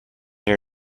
your